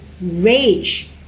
rage